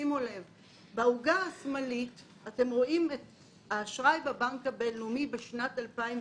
אז בעוגה השמאלית אתם רואים את האשראי בבנק הבינלאומי בשנת 2002,